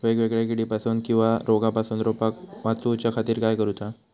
वेगवेगल्या किडीपासून किवा रोगापासून रोपाक वाचउच्या खातीर काय करूचा?